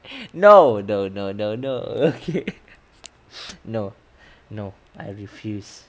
no no no no no no no I refuse